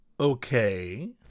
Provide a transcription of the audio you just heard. Okay